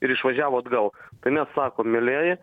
ir išvažiavo atgal tai mes sakom mielieji